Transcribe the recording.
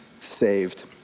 saved